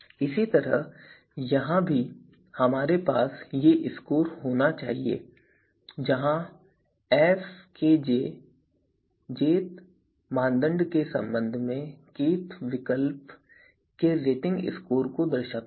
इसी तरह यहां भी हमारे पास ये स्कोर होने चाहिए जहां fkj jth मानदंड के संबंध में kth विकल्प के रेटिंग स्कोर को दर्शाता है